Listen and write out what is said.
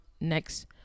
next